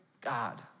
God